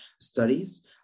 studies